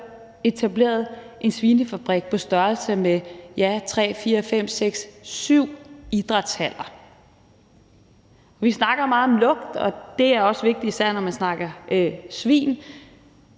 etableret en svinefabrik på størrelse med – ja, tre, fire, fem, seks, syv idrætshaller. Vi snakker meget om lugt, og det er også vigtigt, især når man snakker svin,